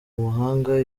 mahanga